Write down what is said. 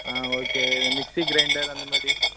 ஆ okay இந்த mixie grinder அந்த மாதிரி